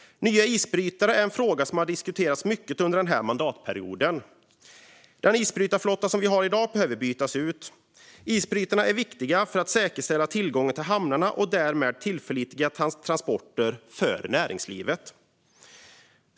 Nya isbrytare är en fråga som har diskuterats mycket under denna mandatperiod. Den isbrytarflotta vi har i dag behöver bytas ut. Isbrytarna är viktiga för att säkerställa tillgång till hamnar och därmed tillförlitliga transporter för näringslivet.